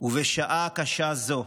ובשעה קשה זו,